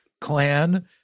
clan